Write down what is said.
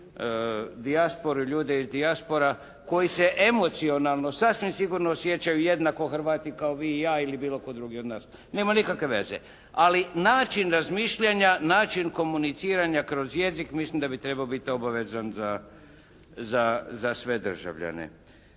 dijasporu, ljude iz dijaspora koje se emocionalno sasvim sigurno osjećaju jednako Hrvati kao vi i ja ili bilo tko drugi od nas, nema nikakve veze. Ali način razmišljanja, način komuniciranja kroz jezik mislim da bi trebao biti obavezan za sve državljane.